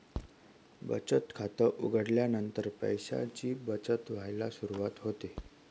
बचत खात उघडल्यानंतर पैशांची बचत व्हायला सुरवात होते